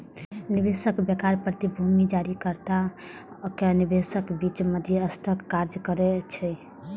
निवेश बैंकर प्रतिभूति जारीकर्ता आ निवेशकक बीच मध्यस्थक काज करै छै